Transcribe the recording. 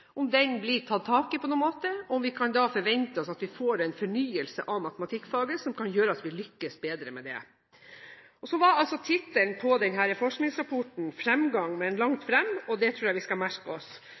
om den matematikkdiskusjonen som har vært i høst, blir tatt tak i på noen måte, og om vi kan forvente at vi får den fornyelse av matematikkfaget som kan gjøre at vi lykkes bedre med det. Tittelen på denne TIMSS forskningsrapporten var Framgang, men langt